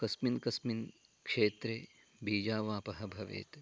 कस्मिन् कस्मिन् क्षेत्रे बीजवापः भवेत्